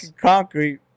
concrete